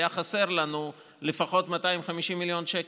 היו חסרים לנו לפחות 250 מיליון שקל.